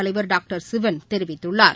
தலைவர் டாக்டர் சிவன் தெரிவித்துள்ளார்